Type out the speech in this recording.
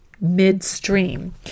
midstream